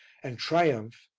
and triumph,